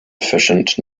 efficient